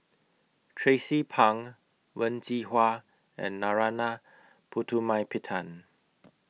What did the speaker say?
Tracie Pang Wen Jinhua and Narana Putumaippittan